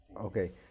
Okay